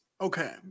Okay